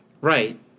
Right